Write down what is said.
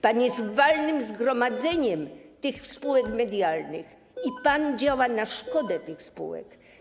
Pan jest walnym zgromadzeniem tych spółek medialnych i pan działa na szkodę tych spółek.